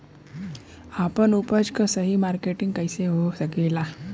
आपन उपज क सही मार्केटिंग कइसे हो सकेला?